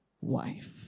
wife